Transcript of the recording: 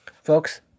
Folks